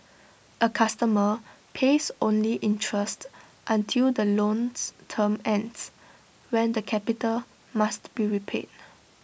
A customer pays only interest until the loan's term ends when the capital must be repaid